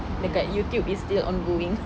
dekat YouTube is still ongoing